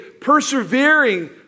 persevering